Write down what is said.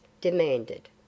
demanded